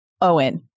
Owen